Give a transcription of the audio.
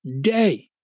day